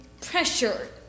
pressure